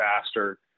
faster